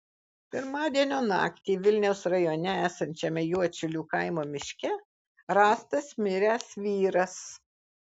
pirmadienio naktį vilniaus rajone esančiame juodšilių kaimo miške rastas miręs vyras